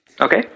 Okay